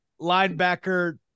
linebacker